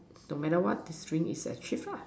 no matter what the string is achieve ah